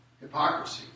hypocrisy